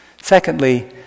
Secondly